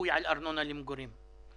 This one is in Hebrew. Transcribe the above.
שיפוי על ארנונה למגורים.